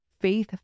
faith